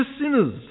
sinners